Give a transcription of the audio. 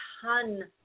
ton